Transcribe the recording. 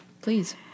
Please